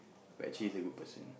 but actually is a good person